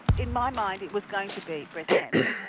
in my mind it was going to be breast cancer.